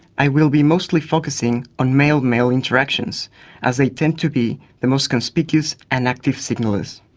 i will be mostly focusing on male-male interactions as they tend to be the most conspicuous and active signallers.